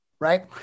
Right